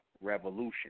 revolution